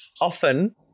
often